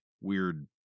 weird